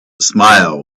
smile